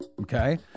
okay